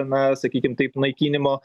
na sakykim taip naikinimo